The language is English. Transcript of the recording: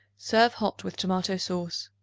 serve hot with tomato-sauce.